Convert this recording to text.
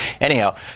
Anyhow